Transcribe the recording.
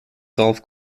golf